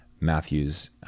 matthew's